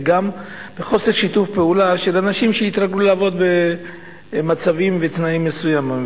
וגם מחוסר שיתוף פעולה של אנשים שהתרגלו לעבוד במצבים ובתנאים מסוימים.